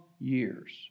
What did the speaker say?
years